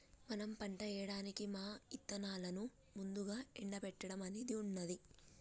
మనం పంట ఏయడానికి మా ఇత్తనాలను ముందుగా ఎండబెట్టడం అనేది ఉన్నది